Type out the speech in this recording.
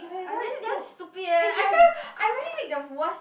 I mean damn stupid eh i tell you I really make the worst